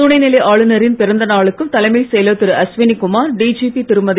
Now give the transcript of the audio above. துணைநிலை ஆளுனரின் பிறந்த நாளுக்கு தலைமைச் செயலர் திரு அஸ்வனிகுமார் டிஜிபி திருமதி